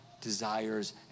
desires